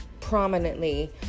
prominently